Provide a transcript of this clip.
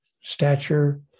stature